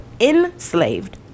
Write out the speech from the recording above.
enslaved